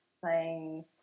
playing